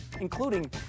including